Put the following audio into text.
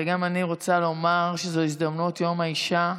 וגם אני רוצה לומר שזו הזדמנות, יום האישה,